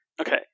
Okay